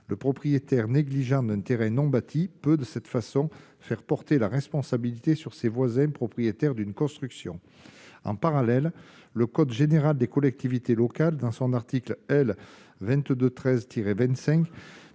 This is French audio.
le propriétaire négligent d'intérêt non bâti peut de cette façon faire porter la responsabilité sur ses voisins, propriétaire d'une construction en parallèle le code général des collectivités locales, dans son article L. 22